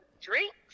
drinks